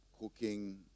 cooking